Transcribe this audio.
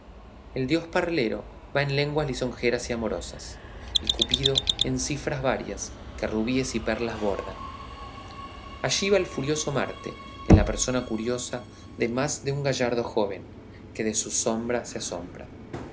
el dios parlero va en lenguas lisonjeras y amorosas y cupido en cifras varias que rubíes y perlas bordan allí va el furioso marte en la persona curiosa de más de un gallardo joven que de su sombra se asombra